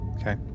Okay